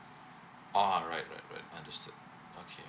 ah right right right understood okay